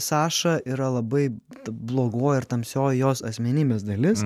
saša yra labai blogoji ir tamsioji jos asmenybės dalis